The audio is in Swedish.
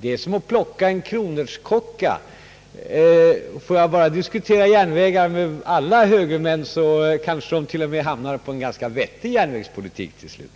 Det är som att plocka en kronärtskocka — får jag bara diskutera järnvägar med alla högermän kanske de till och med hamnar på en ganska vettig järnvägspolitik till slut!